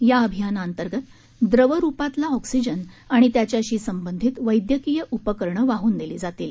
या अभियाना अंतर्गत द्रव रुपातला ऑक्सिजन आणि त्याच्याशी संबंधित वैदयकीय उपकरणं वाहन नेली जातील